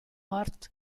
orto